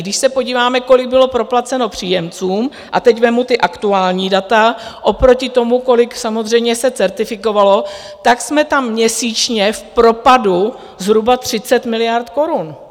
Když se podíváme, kolik bylo proplaceno příjemcům, a teď vezmu ta aktuální data, oproti tomu, kolik samozřejmě se certifikovalo, tak jsme tam měsíčně v propadu zhruba 30 miliard korun.